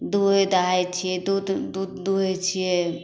दुहै दाहै छिए दूध दूध दुहै छिए